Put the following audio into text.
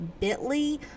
bit.ly